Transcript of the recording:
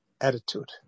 attitude